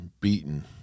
beaten